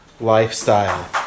lifestyle